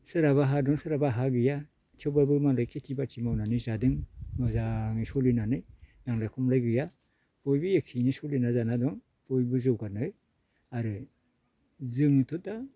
सोरहाबा हा दं सोरहाबा हा गैया थेवबाबो मालाय खेति बाति मावनानै जादों मोजाङै सोलिनानै नांलाय खमलाय गैया बयबो एखेयैनो सलिनानै जानानै दं बयबो जौगानाय आरो जोंथ' दा